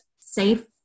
safe